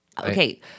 Okay